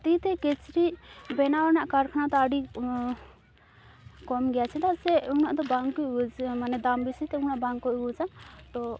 ᱛᱤᱛᱮ ᱠᱤᱪᱨᱤᱡᱽ ᱵᱮᱱᱟᱣ ᱨᱮᱱᱟᱜ ᱠᱟᱨᱠᱷᱟᱱᱟ ᱫᱚ ᱟᱹᱰᱤ ᱠᱚᱢ ᱜᱮᱭᱟ ᱪᱮᱫᱟᱜ ᱥᱮ ᱩᱱᱟᱹᱜᱫᱚ ᱵᱟᱝᱠᱚ ᱤᱭᱩᱡᱽᱼᱟ ᱢᱟᱱᱮ ᱫᱟᱢ ᱵᱮᱥᱤᱛᱮ ᱩᱱᱟᱹᱜ ᱵᱟᱝᱠᱚ ᱤᱭᱩᱡᱽᱼᱟ ᱛᱳ